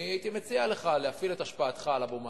הייתי מציע לך להפעיל את השפעתך על אבו מאזן,